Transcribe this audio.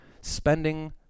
spending